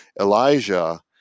Elijah